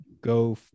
Go